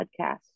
podcast